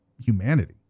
humanity